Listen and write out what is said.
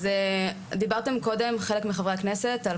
אז דיברתם קודם חלק מחברי הכנסת עכל